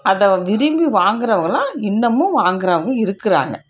அதை விரும்பி வாங்குகிறவங்கள்லாம் இன்னமும் வாங்குகிறவங்க இருக்கிறாங்க